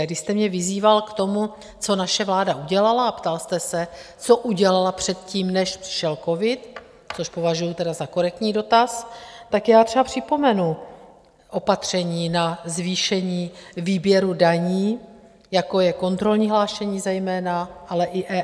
Když jste mě vyzýval k tomu, co naše vláda udělala, a ptal jste se, co udělala předtím, než přišel covid, což považuji tedy za korektní dotaz, tak já třeba připomenu opatření na zvýšení výběru daní, jako je kontrolní hlášení zejména, ale i EET.